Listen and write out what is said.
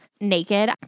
naked